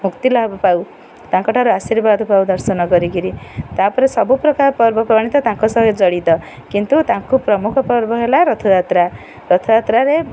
ମୁକ୍ତି ଲାଭ ପାଉ ତାଙ୍କଠାରୁ ଆଶୀର୍ବାଦ ପାଉ ଦର୍ଶନ କରିକିରି ତା'ପରେ ସବୁ ପ୍ରକାର ପର୍ବପର୍ବାଣୀ ତ ତାଙ୍କ ସହ ଜଡ଼ିତ କିନ୍ତୁ ତାଙ୍କୁ ପ୍ରମୁଖ ପର୍ବ ହେଲା ରଥଯାତ୍ରା ରଥଯାତ୍ରାରେ